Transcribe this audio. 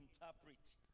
interpret